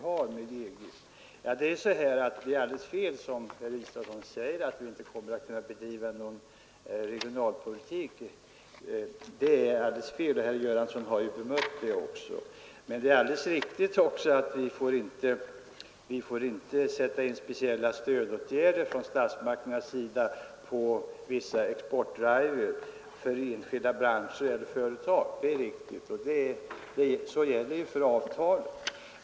Det är fel som herr Israelsson säger att vi inte kommer att kunna bedriva någon regionalpolitik. Herr Göransson har redan bemött det. Men det är alldeles riktigt också att statsmakterna inte får sätta in speciella stödåtgärder på vissa exportdrivar för enskilda branscher och företag. Det står i avtalet.